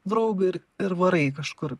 draugą ir ir varai kažkur